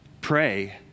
Pray